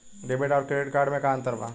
Debit आउर credit card मे का अंतर बा?